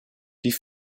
die